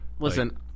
Listen